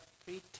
three